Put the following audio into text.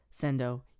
Sendo